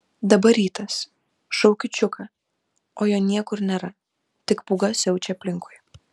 dabar rytas šaukiu čiuką o jo niekur nėra tik pūga siaučia aplinkui